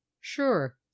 Sure